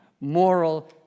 moral